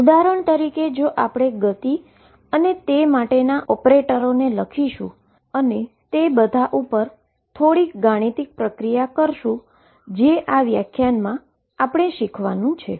ઉદાહરણ તરીકે આપણે મોમેન્ટમ અને તે માટેના ઓપરેટરોને લખીશું અને તે બધાને થોડીક ગાણિતિક પ્રક્રિયા કરીશુ છે જે હું આ વ્યાખ્યાનમાં કરવા જઇ રહ્યો છું